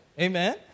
Amen